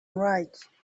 right